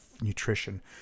nutrition